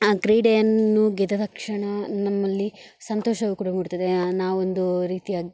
ಆ ಕ್ರೀಡೆಯನ್ನು ಗೆದ್ದ ತಕ್ಷಣ ನಮ್ಮಲ್ಲಿ ಸಂತೋಷವು ಕೂಡ ಮೂಡ್ತದೆ ನಾವೊಂದು ರೀತಿಯ